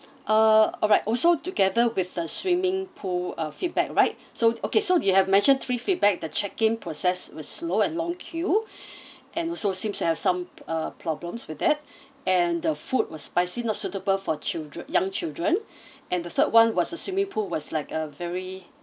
uh alright also together with the swimming pool uh feedback right so okay so you have mentioned three feedback the checking process was slow and long queue and also seems to have some uh problems with that and the food was spicy not suitable for chil~ young children and the third one was uh swimming pool was like a very